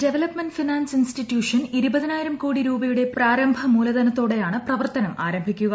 development finance institution ഇരുപതിനായിരം കോടി രൂപയുടെ പ്രാരംഭ മൂലധനത്തോടെയാണ് പ്രവർത്തനം ആരംഭിക്കുക